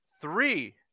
three